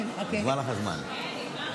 נגמר הזמן.